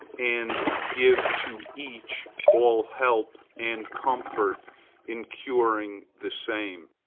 and give to each all help and comfort in curing the same.